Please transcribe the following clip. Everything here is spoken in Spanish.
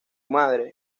madre